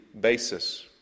basis